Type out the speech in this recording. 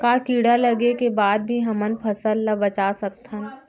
का कीड़ा लगे के बाद भी हमन फसल ल बचा सकथन?